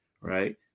right